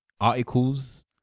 articles